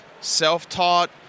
self-taught